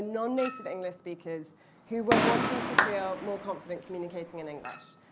non-native english speakers who were wanting to feel more confident communicating in english.